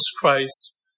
Christ